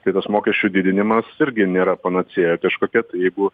tai tas mokesčių didinimas irgi nėra panacėja kažkokia jeigu